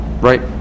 right